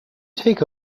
take